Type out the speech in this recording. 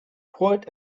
what